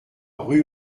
rue